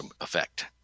effect